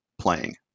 playing